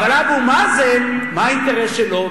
אבל אבו מאזן, מה האינטרס שלו?